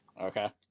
Okay